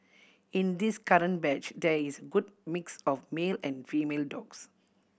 in this current batch there is good mix of male and female dogs